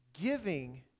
giving